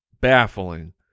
baffling